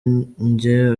njye